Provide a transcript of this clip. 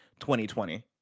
2020